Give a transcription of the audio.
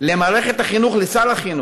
אני קורא מכאן למערכת החינוך, לשר החינוך,